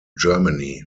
germany